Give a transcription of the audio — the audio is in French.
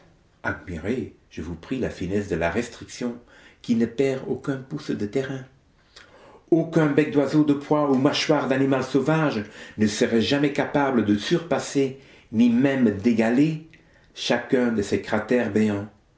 admirez je vous prie la finesse de la restriction qui ne perd aucun pouce de terrain aucun bec d'oiseau de proie ou mâchoire d'animal sauvage ne serait jamais capable de surpasser ni même d'égaler chacun de ces cratères béants